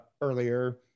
earlier